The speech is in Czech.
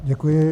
Děkuji.